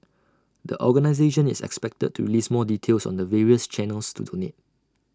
the organisation is expected to release more details on the various channels to donate